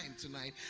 tonight